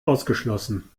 ausgeschlossen